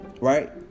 right